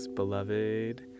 beloved